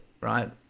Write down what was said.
Right